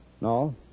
No